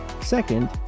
Second